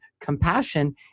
compassion